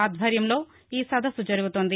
ఆధ్వర్యంలో ఈ సదస్సు జరుగుతోంది